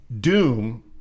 Doom